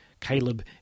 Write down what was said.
Caleb